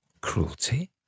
Cruelty